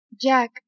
Jack